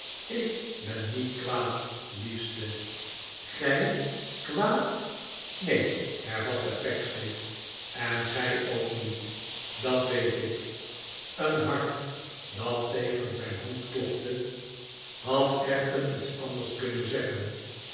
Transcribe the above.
ik ben niet kwaad liefste g ij kwaad neen hervatte pecksniff en gij ook niet dat weet ik een hart dat tegen zijn hand klopte had echter iets anders kunnen zeggen